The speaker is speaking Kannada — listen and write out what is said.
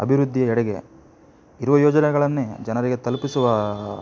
ಅಭಿವೃದ್ಧಿಯೆಡೆಗೆ ಇರುವ ಯೋಜನೆಗಳನ್ನೇ ಜನರಿಗೆ ತಲುಪಿಸುವ